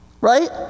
right